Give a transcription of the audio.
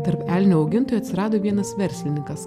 tarp elnių augintojų atsirado vienas verslininkas